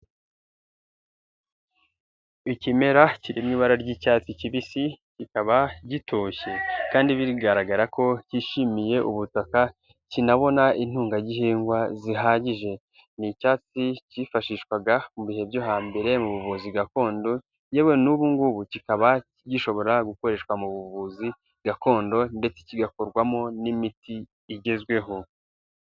Ikimera kirimo ibara ry'icyatsi kibisi kikaba gitoshye kandi bigaragara ko cyishimiye ubutaka kinabona intungagihingwa zihagije, ni icyatsi cyifashishwaga mu bihe byo hambere mu buvuzi gakondo yewe n'ubu ngubu kikaba gishobora gukoreshwa mu buvuzi gakondo ndetse kigakorwamo n'imiti igezweho.